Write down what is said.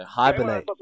hibernate